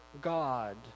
God